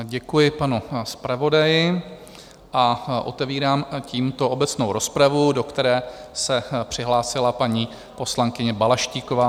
Děkuji panu zpravodaji a otevírám tímto obecnou rozpravu, do které se přihlásila paní poslankyně Balaštíková.